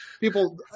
people